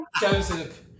Joseph